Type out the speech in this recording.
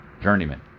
journeyman